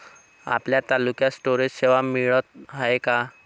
आपल्या तालुक्यात स्टोरेज सेवा मिळत हाये का?